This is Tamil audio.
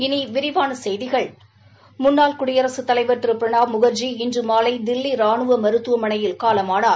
இனி விரிவான செய்திகள் முன்னாள் குடியரசுத் தலைவர் திரு பிரணாப் முகர்ஜி இன்று மாலை தில்லி ராணுவ மருத்துவமனையில் காலமானார்